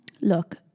look